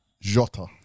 Jota